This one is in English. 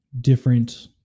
different